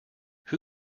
who